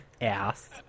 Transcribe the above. Ass